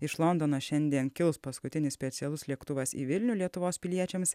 iš londono šiandien kils paskutinis specialus lėktuvas į vilnių lietuvos piliečiams